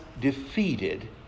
defeated